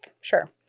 Sure